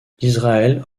israël